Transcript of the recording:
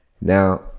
Now